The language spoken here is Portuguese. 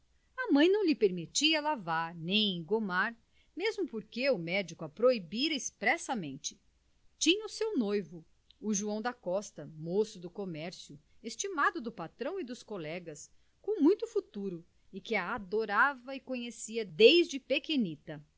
a mãe não lhe permitia lavar nem engomar mesmo porque o médico a proibira expressamente tinha o seu noivo o joão da costa moço do comércio estimado do patrão e dos colegas com muito futuro e que a adorava e conhecia desde pequenita